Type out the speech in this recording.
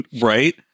Right